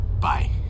bye